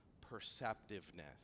perceptiveness